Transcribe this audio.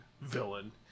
villain